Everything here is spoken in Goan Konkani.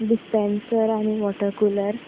डिसपेंन्सर आनी वॉटर कुलर